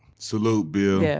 salute bill, yeah